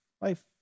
life